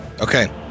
Okay